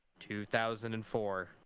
2004